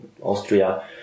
Austria